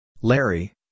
Larry